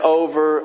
over